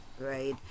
right